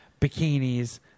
bikinis